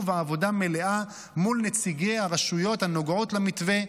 ועבודה מלאה מול נציגי הרשויות הנוגעות למתווה,